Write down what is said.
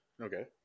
Okay